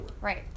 Right